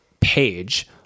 page